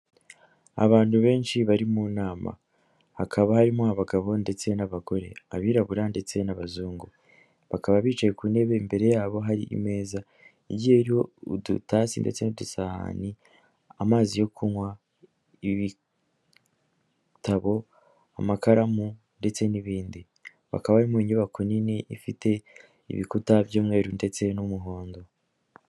Abantu benshi bari mu nama hakaba harimo abagabo ndetse n'abagore abirabura ndetse n'abazungu bakaba bicaye ku ntebe imbere yabo hari imeza igiye iriho udutasi ndetse n'udusahani amazi yo kunywa ibitabo amakaramu ndetse n'ibindi, bakaba bari mu nyubako nini ifite ibikuta by'umweru ndetse n'umuhondo.